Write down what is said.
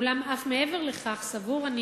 אולם אף מעבר לכך סבור אני